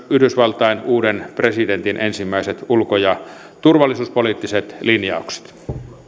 yhdysvaltain uuden presidentin ensimmäiset ulko ja turvallisuuspoliittiset linjaukset